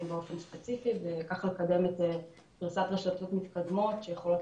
באופן ספציפי וככה לקדם את פריסת הרשתות המתקדמות שיכולות